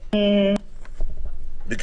בבקשה,